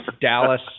Dallas